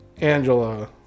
Angela